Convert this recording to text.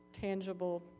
tangible